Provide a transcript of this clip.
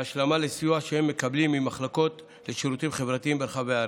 בהשלמה לסיוע שהם מקבלים במחלקות לשירותים חברתיים ברחבי הארץ.